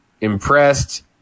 impressed